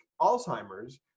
Alzheimer's